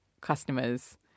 customers